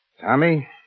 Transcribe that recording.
Tommy